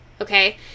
okay